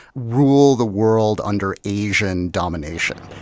rule the world under asian domination.